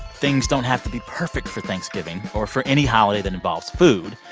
things don't have to be perfect for thanksgiving or for any holiday that involves food.